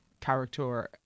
character